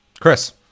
Chris